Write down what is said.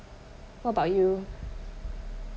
what about you